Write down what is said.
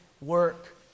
work